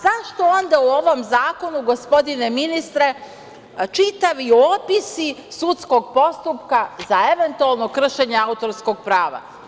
Zašto onda u ovom zakonu gospodine ministre, čitavi opisi sudskog postupka za eventualno kršenje autorskog prava?